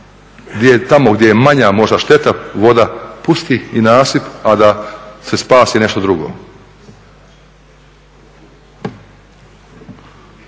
da se tamo gdje je manja možda šteta voda pusti i nasip, a da se spasi nešto drugo.